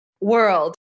world